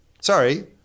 sorry